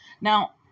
Now